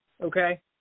Okay